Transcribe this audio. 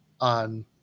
on